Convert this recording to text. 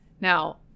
Now